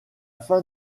fin